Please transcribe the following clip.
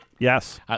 Yes